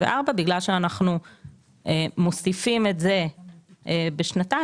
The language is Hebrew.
בגלל שאנחנו מוסיפים את זה בשנתיים,